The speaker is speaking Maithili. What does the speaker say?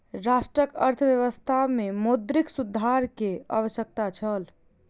राष्ट्रक अर्थव्यवस्था में मौद्रिक सुधार के आवश्यकता छल